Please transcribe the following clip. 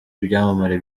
ibyamamare